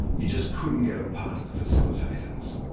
you just couldn't get them past the facilitators.